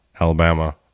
Alabama